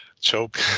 Choke